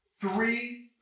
three